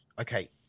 okay –